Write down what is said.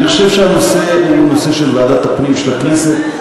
אני חושב שהנושא הוא נושא של ועדת הפנים של הכנסת.